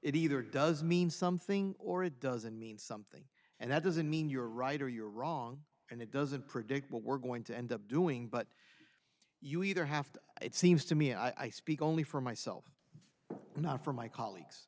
it either does mean something or it doesn't mean something and that doesn't mean you're right or you're wrong and it doesn't predict what we're going to end up doing but you either have to it seems to me i speak only for myself not for my colleagues